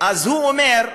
הוא אומר,